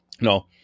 No